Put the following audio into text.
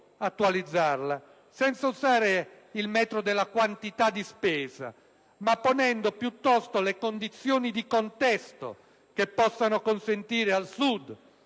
attualizzarla senza usare il metro della quantità di spesa, ma ponendo piuttosto le condizioni di contesto che possano consentire al Sud,